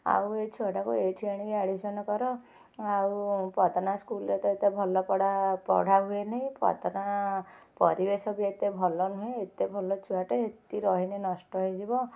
ଆଉ ଏ ଛୁଆଟାକୁ ଏଇଠି ଆଣିକି ଆଡ଼ମିଶନ୍ କର ଆଉ ପଦନା ସ୍କୁଲ୍ରେ ତ ଏତେ ଭଲ ପଢ଼ା ପଢ଼ା ହୁଏ ନେଇ ପଦନା ପରିବେଶ ବି ଏତେ ଭଲ ନୁହେଁ ଏତେ ଭଲ ଛୁଆଟେ ସେଟି ରହିଲେ ନଷ୍ଟ ହେଇଯିବ